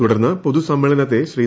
തുടർന്ന് പൊതുസമ്മേളനത്തെ ശ്രീ